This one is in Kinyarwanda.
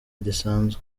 gisanzwe